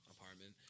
apartment